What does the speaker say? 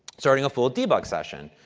starting a full debug session.